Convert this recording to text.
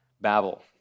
Babel